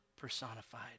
personified